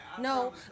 No